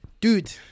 Dude